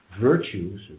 virtues